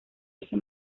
eje